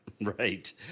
Right